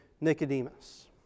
Nicodemus